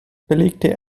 belegte